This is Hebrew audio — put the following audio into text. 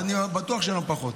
אני בטוח שיהיה לנו פחות.